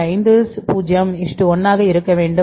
50 1 ஆக இருக்க வேண்டும்